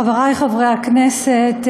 חברי חברי הכנסת,